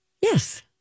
Yes